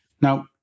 Now